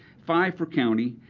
five for county,